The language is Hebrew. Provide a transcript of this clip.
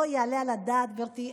לא יעלה על הדעת, גברתי.